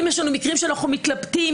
אם יש לנו מקרים שאנחנו מתלבטים,